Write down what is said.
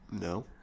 no